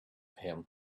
him